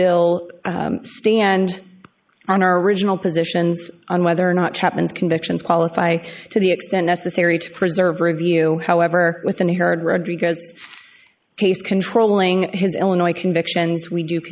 still stand on our original positions on whether or not chapman's convictions qualify to the extent necessary to preserve review however with an unheard rodriguez case controlling his illinois convictions we do